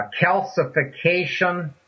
calcification